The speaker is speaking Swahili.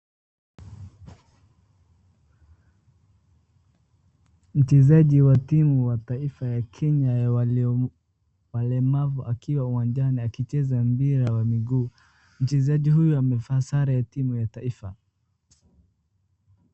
Mchezaji wa timu ya taifa ya Kenya ya walemavu akiwa uwanjani akicheza mpira wa miguu. Mchezaji huyo amevaa sare ya timu ya taifa.